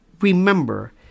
remember